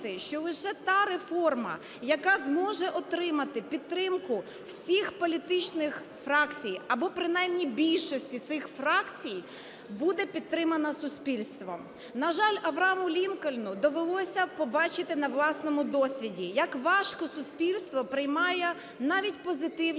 що лише та реформа, яка зможе отримати підтримку всіх політичних фракцій або принаймні більшості цих фракцій, буде підтримана суспільством. На жаль, Аврааму Лінкольну довелося побачити на власному досвіді як важко суспільство приймає навіть позитивні